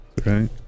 Okay